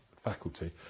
faculty